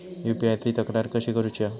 UPI ची तक्रार कशी करुची हा?